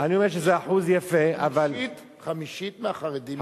זה חמישית מהחרדים.